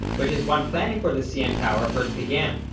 which is when planning for the cn tower first began.